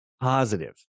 positive